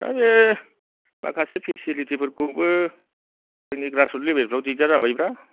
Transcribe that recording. दा बे माखासे फिसिलिटिफोरखौबो जोंनि ग्रासख लेबेलफ्राव दिगदार जाबाय ब्रा